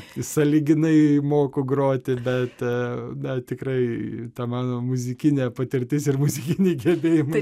sąlyginai moku groti bet e na tikrai ta mano muzikinė patirtis ir muzikiniai gebėjimai